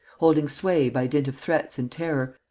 holding sway by dint of threats and terror,